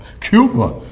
Cuba